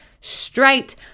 straight